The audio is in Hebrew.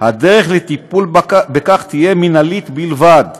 הדרך לטיפול בכך תהיה מינהלית בלבד.